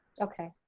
okay,